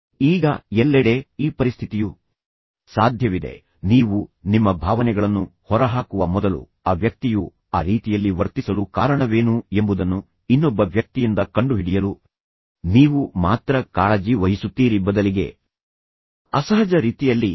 ಈಗ ಎಲ್ಲೆಡೆ ಈ ಪರಿಸ್ಥಿತಿಯು ಸಾಧ್ಯವಿದೆ ನೀವು ನಿಮ್ಮ ಭಾವನೆಗಳನ್ನು ಹೊರಹಾಕುವ ಮೊದಲು ಆ ವ್ಯಕ್ತಿಯು ಆ ರೀತಿಯಲ್ಲಿ ವರ್ತಿಸಲು ಕಾರಣವೇನು ಎಂಬುದನ್ನು ಇನ್ನೊಬ್ಬ ವ್ಯಕ್ತಿಯಿಂದ ಕಂಡುಹಿಡಿಯಲು ನೀವು ಮಾತ್ರ ಕಾಳಜಿ ವಹಿಸುತ್ತೀರಿ ಬದಲಿಗೆ ಅಸಹಜ ರೀತಿಯಲ್ಲಿ ಯಾವಾಗಲೂ ಉತ್ತರವಿರುತ್ತದೆ